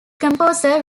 composer